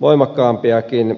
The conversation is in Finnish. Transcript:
toimenpiteitä